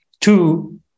Two